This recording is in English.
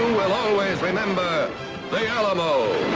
will always remember the alamo